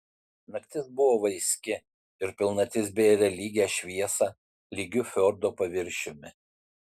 naktis buvo vaiski ir pilnatis bėrė lygią šviesą lygiu fjordo paviršiumi